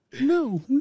no